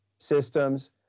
systems